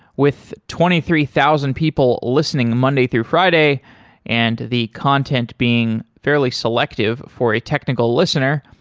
with twenty three thousand people listening monday through friday and the content being fairly selective for a technical listener,